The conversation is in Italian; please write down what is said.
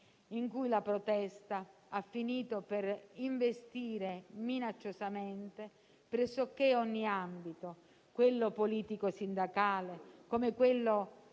in cui la protesta ha finito per investire minacciosamente pressoché ogni ambito: quello politico e sindacale come quello